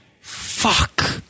Fuck